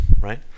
right